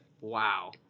Wow